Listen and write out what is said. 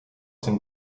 den